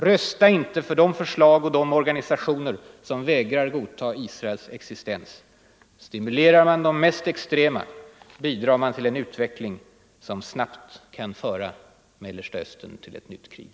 Rösta inte för de förslag och de organisationer som vägrar godta Israels existens. Stimulerar man de mest extrema bidrar man till en utveckling som snabbt kan föra Mellersta Östern till ett nytt krig.